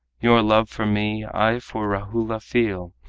your love for me i for rahula feel,